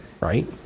right